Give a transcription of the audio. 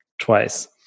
Twice